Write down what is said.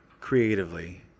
creatively